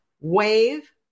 wave